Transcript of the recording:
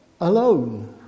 alone